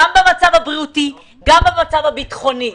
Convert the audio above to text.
גם המצב הבריאותי וגם במצב הביטחוני.